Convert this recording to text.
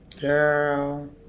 Girl